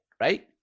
right